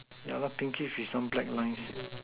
yeah pinkish with some black lines